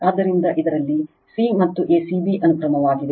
ಆದ್ದರಿಂದ ಇದರಲ್ಲಿ c ಮತ್ತು a c b ಅನುಕ್ರಮವಿದೆ